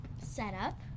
setup